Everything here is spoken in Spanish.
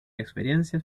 experiencias